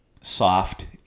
soft